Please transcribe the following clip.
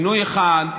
שינוי אחד: